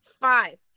five